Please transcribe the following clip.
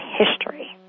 history